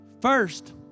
First